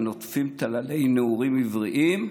ה"נוטפים טללי נעורים עבריים",